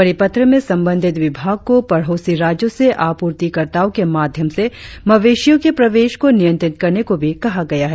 परिपत्र में संबंधित विभाग को पड़ोसी राज्यो से आपूर्तिकर्ताओ के माध्यम से मवेशियों के प्रवेश को नियंत्रित करने को भी कहा गया है